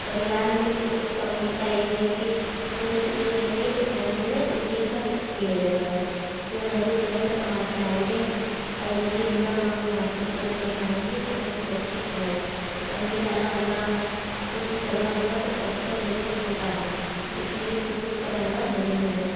परिवार में पुरुष की भुमिका ये है कि पुरुष नहीं रहेंगे तो घर में उनके बिना कुछ भी नहीं रहेगा वो रहेंगे तभी ना कमा के लाएंगे और उनके बिना हम महसूस नहीं कर पाएँगे कि हम सुरक्षित हैं कहीं भी जाना हुआ कुछ भी करना हुआ तो पति की ज़रूरत होती है इस लिए पुरूष का रहना ज़रूरी है